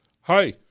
hi